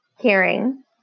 caring